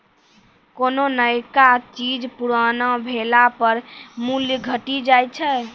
कोन्हो नयका चीज पुरानो भेला पर मूल्य घटी जाय छै